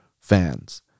fans